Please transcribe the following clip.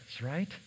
right